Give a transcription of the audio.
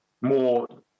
more